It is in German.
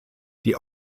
die